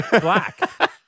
black